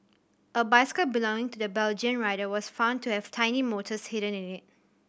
a bicycle belonging to the Belgian rider was found to have tiny motors hidden in it